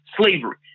slavery